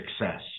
success